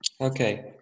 Okay